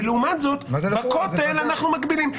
ולעומת זאת בכותל אנחנו מגבילים.